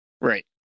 Right